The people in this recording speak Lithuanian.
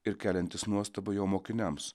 ir keliantis nuostabą jo mokiniams